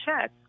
check